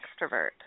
extrovert